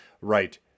right